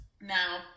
now